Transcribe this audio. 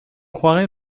croirait